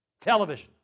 television